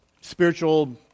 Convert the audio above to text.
spiritual